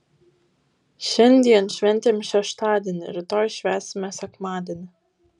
šiandien šventėm šeštadienį rytoj švęsime sekmadienį